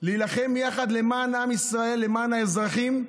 ולהילחם יחד למען עם ישראל, למען האזרחים,